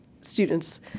students